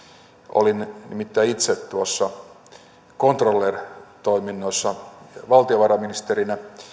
olin nimittäin itse controller toiminnoissa valtiovarainministerinä